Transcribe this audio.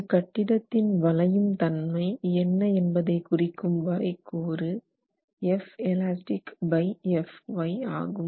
ஒரு கட்டிடத்தின் வளையும் தன்மை என்ன என்பதை குறிக்கும் வரைக் கூறு F elastic by Fy ஆகும்